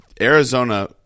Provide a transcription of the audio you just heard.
Arizona